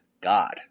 God